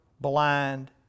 blind